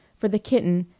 for the kitten,